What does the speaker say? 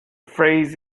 phrase